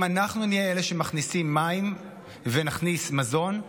אם אנחנו נהיה אלה שמכניסים מים ונכניס מזון,